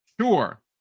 Sure